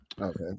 Okay